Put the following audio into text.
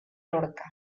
lorca